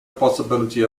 possibility